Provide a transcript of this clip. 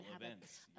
events